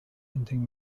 hunting